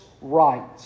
right